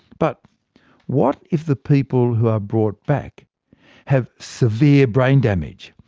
but what if the people who are brought back have severe brain damage?